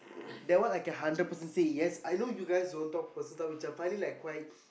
that one I can hundred percent say yes I know you guys don't talk person which I find it like quite